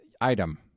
item